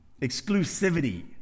Exclusivity